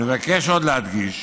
אני מבקש עוד להדגיש